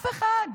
אף אחד.